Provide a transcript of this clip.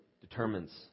determines